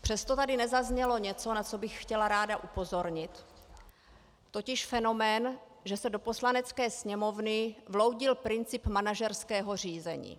Přesto tady nezaznělo něco, na co bych chtěla ráda upozornit, totiž fenomén, že se do Poslanecké sněmovny vloudil princip manažerského řízení.